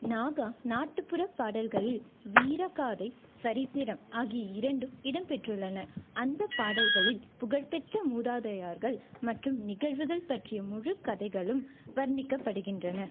நாகா நாட்டுப்புற பாடல்களில் வீரகாதை சரித்திரம் ஆகிய இரண்டும் இடம்பெற்றுள்ளன அந்த பாடல்களில் புகழ்பெற்ற மூதாதையர்கள் மற்றும் நிகழ்வுகள் பற்றிய முழு கதைகளும் வர்ணிக்கப்படுகின்றன